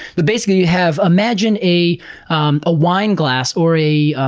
but basically, you have, imagine a um a wine glass or a,